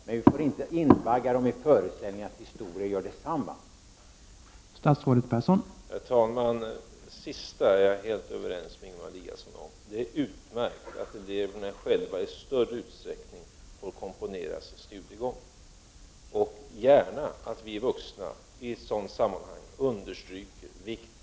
Men vi får inte invagga dem i föreställningen att det gör detsamma med historiekunskaper.